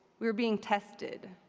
we are being tested.